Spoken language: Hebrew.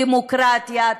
דמוקרטיה,